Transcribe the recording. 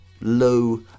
low